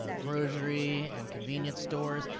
ah grocery and convenience stores,